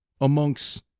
Amongst